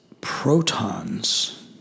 protons